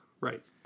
Right